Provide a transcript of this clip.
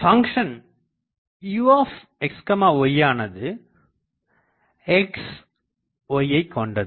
function uxyயானது xy யைகொண்டது